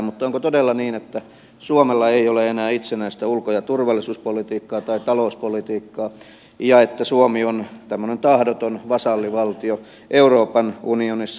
mutta onko todella niin että suomella ei ole enää itsenäistä ulko ja turvallisuuspolitiikkaa tai talouspolitiikkaa ja että suomi on tämmöinen tahdoton vasallivaltio euroopan unionissa